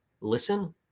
listen